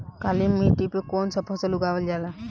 काली मिट्टी पर कौन सा फ़सल उगावल जाला?